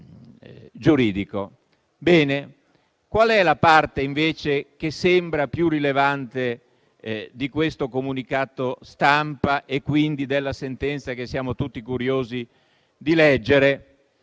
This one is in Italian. qual è la parte che sembra più rilevante di questo comunicato stampa e della sentenza che siamo tutti curiosi di leggere?